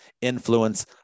Influence